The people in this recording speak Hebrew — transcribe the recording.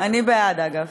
אני בעד, אגב.